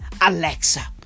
Alexa